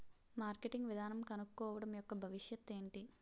Marketing విధానం కనుక్కోవడం యెక్క భవిష్యత్ ఏంటి?